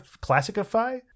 classify